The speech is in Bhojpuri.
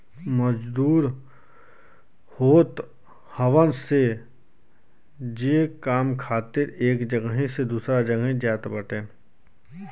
मजदूर होत हवन जे काम खातिर एक जगही से दूसरा जगही जात बाटे